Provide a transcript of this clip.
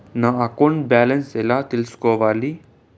నా account balance ఎలా తెల్సుకోవాలి